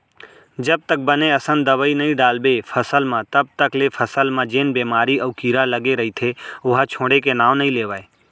जब तक बने असन दवई नइ डालबे फसल म तब तक ले फसल म जेन बेमारी अउ कीरा लगे रइथे ओहा छोड़े के नांव नइ लेवय